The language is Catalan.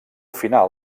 final